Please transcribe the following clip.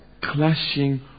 clashing